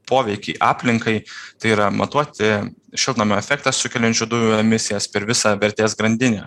poveikį aplinkai tai yra matuoti šiltnamio efektą sukeliančių dujų emisijas per visą vertės grandinę